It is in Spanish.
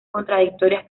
contradictorias